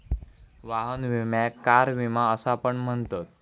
वाहन विम्याक कार विमा असा पण म्हणतत